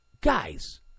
guys